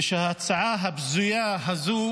ושההצעה הבזויה הזו